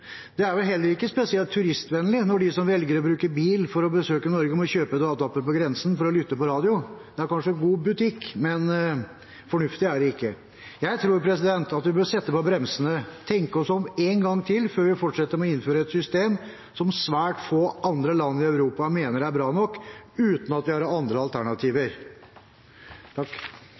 Det er vel heller ikke spesielt turistvennlig når de som velger å bruke bil for å besøke Norge, må kjøpe adapter på grensen for å lytte til radio. Det er kanskje god butikk, men fornuftig er det ikke. Jeg tror vi bør sette på bremsene og tenke oss om én gang til før vi fortsetter med å innføre et system som svært få andre land i Europa mener er bra nok, uten at vi har andre alternativer.